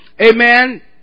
Amen